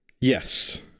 Yes